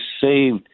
saved